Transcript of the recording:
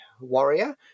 warrior